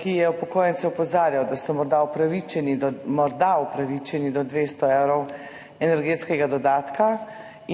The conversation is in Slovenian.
ki je upokojence opozarjal, da so morda upravičeni, morda upravičeni do 200 evrov energetskega dodatka,